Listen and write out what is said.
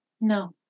No